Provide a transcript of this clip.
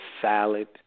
salad